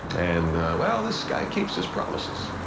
and well, this guy keeps his promises.